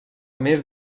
més